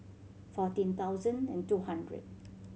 fourteen thousand and two hundred